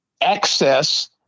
access